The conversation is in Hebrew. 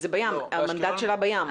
המנדט שלה בים.